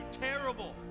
terrible